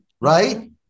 Right